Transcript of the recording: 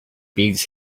because